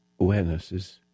awarenesses